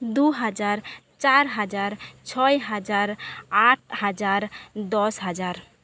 দুহাজার চার হাজার ছয় হাজার আট হাজার দশ হাজার